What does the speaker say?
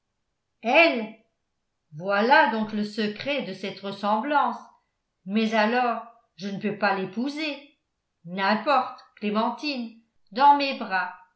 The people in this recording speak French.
voilà donc le secret de cette ressemblance mais alors je ne peux pas l'épouser n'importe clémentine dans mes bras